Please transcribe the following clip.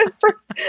first